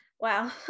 wow